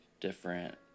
different